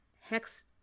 hex